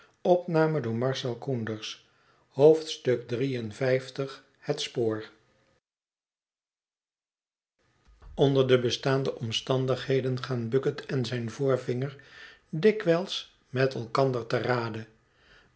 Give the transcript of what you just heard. het spoor onder de bestaande omstandigheden gaan bucket en zijn voorvinger dikwijls met elkander te rade